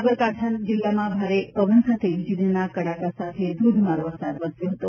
સાબરકાંઠા જિલ્લામાં ભારે પવન સાથે વીજળીના કડાકા વચ્ચે ધોધમાર વરસાદ વરસ્યો હતો